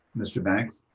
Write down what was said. mr. banks?